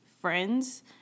friends